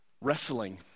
wrestling